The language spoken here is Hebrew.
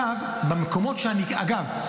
אגב,